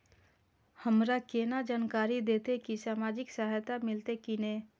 हमरा केना जानकारी देते की सामाजिक सहायता मिलते की ने?